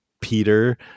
Peter